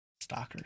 stalker